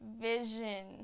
vision